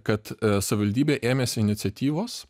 kad savivaldybė ėmėsi iniciatyvos